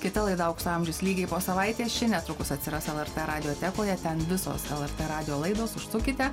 kita laida aukso amžius lygiai po savaitės ši netrukus atsiras lrt radiotekoje ten visos lrt radijo laidos užsukite